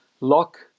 lock